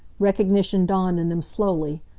recognition dawned in them slowly.